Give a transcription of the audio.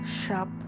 sharp